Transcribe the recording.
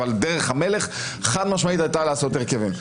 אבל דרך המלך חד-משמעית הייתה לעשות הרכבים.